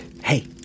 Hey